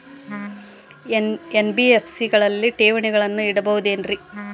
NBFC ಗಳಲ್ಲಿ ಠೇವಣಿಗಳನ್ನು ಇಡಬಹುದೇನ್ರಿ?